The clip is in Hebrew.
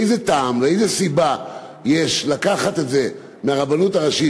איזה טעם ואיזו סיבה יש לקחת את זה מהרבנות הראשית,